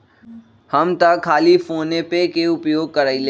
हम तऽ खाली फोनेपे के उपयोग करइले